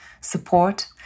support